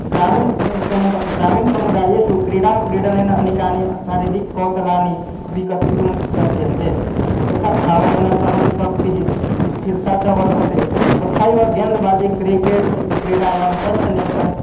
ग्रामीण समुदायः ग्रामीणसमुदायेषु क्रीडां क्रीडनेन अनेकानि शारीरिककौशलानि विकसितुं शक्यन्ते यथा धावनेन सहनशक्तिः स्थिरता च वर्धते तथैव गेन्द्बाजि क्रिकेट् क्रीडायां हस्तनेत्रे